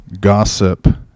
gossip